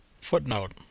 Footnote